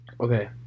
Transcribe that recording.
Okay